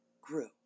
grew